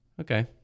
Okay